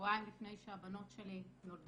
שבועיים לפני שהבנות שלי נולדו.